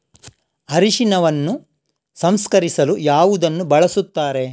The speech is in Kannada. ಅರಿಶಿನವನ್ನು ಸಂಸ್ಕರಿಸಲು ಯಾವುದನ್ನು ಬಳಸುತ್ತಾರೆ?